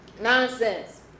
Nonsense